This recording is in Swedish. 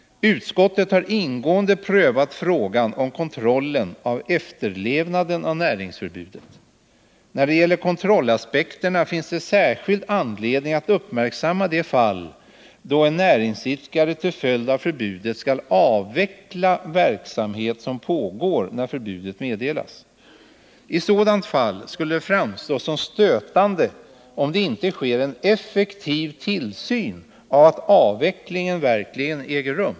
Utskottet har ingående prövat frågan om kontrollen av efterlevnaden av näringsförbudet. När det gäller kontrollaspekterna finns det särskilt anledning att uppmärksamma de fall då en näringsidkare till följd av förbudet skall avveckla verksamhet som pågår när förbudet meddelas. I sådana fall skulle det framstå som stötande, om det inte sker en effektiv tillsyn av att avvecklingen verkligen äger rum.